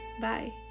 bye